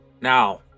Now